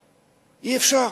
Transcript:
אי-אפשר,